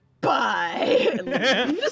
Bye